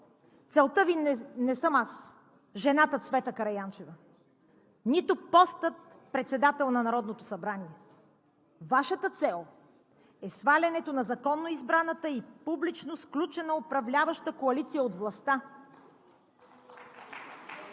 Целта Ви не съм аз – жената Цвета Караянчева, нито постът председател на Народното събрание, Вашата цел е свалянето на законно избраната и публично сключена управляваща коалиция от властта.